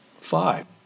Five